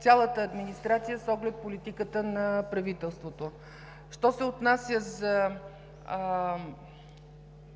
цялата администрация, с оглед политиката на правителството. Що се отнася за